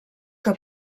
que